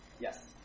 yes